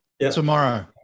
Tomorrow